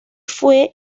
fue